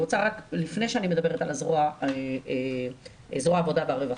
לפני שאני מדברת על זרוע העבודה והרווחה,